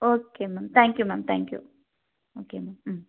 okay ma'am thank you ma'am thank you okay ma'am ம்